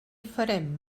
farem